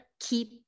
keep